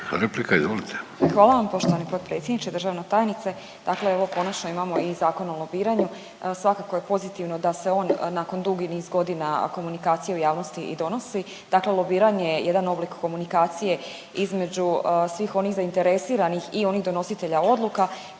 Nataša (HDZ)** Hvala vam poštovani potpredsjedniče. Državna tajnice dakle evo konačno imamo i Zakon o lobiranju. Svakako je pozitivno da se on nakon dugi niz godina komunikacije u javnosti i donosi. Dakle, lobiranje je jedan oblik komunikacije između svih onih zainteresiranih i onih donositelja odluka